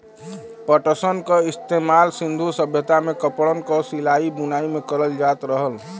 पटसन क इस्तेमाल सिन्धु सभ्यता में कपड़न क सिलाई बुनाई में करल जात रहल